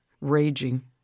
raging